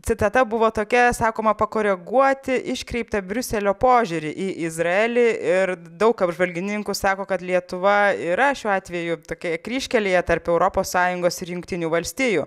citata buvo tokia sakoma pakoreguoti iškreiptą briuselio požiūrį į izraelį ir daug apžvalgininkų sako kad lietuva yra šiuo atveju tokioje kryžkelėje tarp europos sąjungos ir jungtinių valstijų